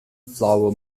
flower